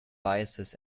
biases